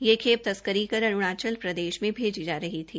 यह खेप तस्करी कर अरूणाचल प्रदेश मे भेजी जा रही थी